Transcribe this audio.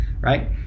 right